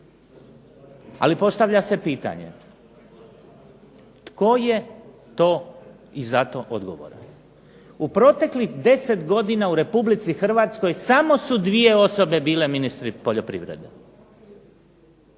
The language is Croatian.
Ali postavlja se pitanje tko je to i za to odgovoran? U proteklih 10 godina u Republici Hrvatskoj samo su dvije osobe bile ministri poljoprivrede.